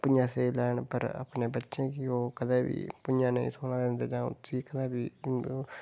भु'ञां सेई लैन पर अपने बच्चें गी ओह् कदें बी भु'ञां नेई सौन दिंदे जां ओह् कदें बी